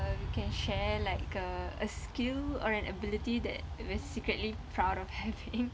uh we can share like a a skill or an ability that we're secretly proud of having